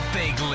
big